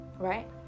right